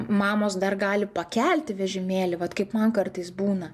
mamos dar gali pakelti vežimėlį vat kaip man kartais būna